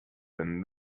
than